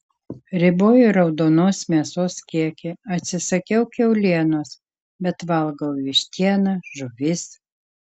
riboju raudonos mėsos kiekį atsisakiau kiaulienos bet valgau vištieną žuvis